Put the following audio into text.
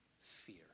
fear